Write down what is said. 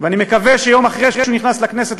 ואני מקווה שיום אחרי שהוא נכנס לכנסת